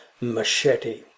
machete